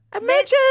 Imagine